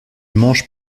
manges